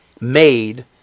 made